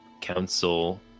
council